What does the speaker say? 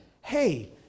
hey